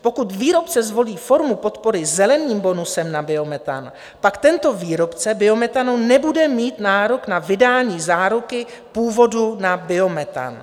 Pokud výrobce zvolí formu podpory zeleným bonusem na biometan, pak tento výrobce biometanu nebude mít nárok na vydání záruky původu na biometan.